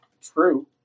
True